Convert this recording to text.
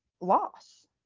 loss